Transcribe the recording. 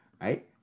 right